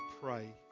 pray